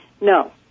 No